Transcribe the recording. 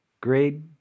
grade